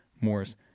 Morris